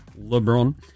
LeBron